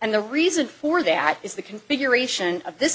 and the reason for that is the configuration of this